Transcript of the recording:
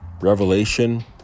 Revelation